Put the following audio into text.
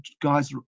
guys